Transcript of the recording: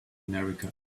america